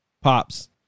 Pops